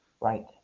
Right